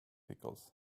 pickles